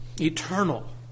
eternal